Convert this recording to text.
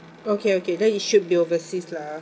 okay okay then it should be overseas lah